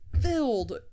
filled